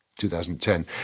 2010